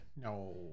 No